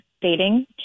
dating